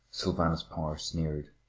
sylvanus power sneered,